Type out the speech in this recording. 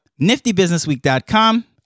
niftybusinessweek.com